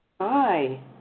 Hi